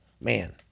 Man